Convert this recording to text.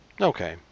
Okay